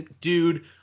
dude